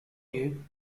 you